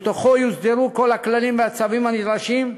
ובתוכו יוסדרו כל הכללים והצווים הנדרשים,